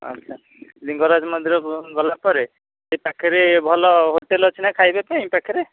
ଆଚ୍ଛା ଲିଙ୍ଗରାଜ ମନ୍ଦିର ଗଲା ପରେ ସେ ପାଖରେ ଭଲ ହୋଟେଲ୍ ଅଛି ନା ଖାଇବା ପାଇଁ ପାଖରେ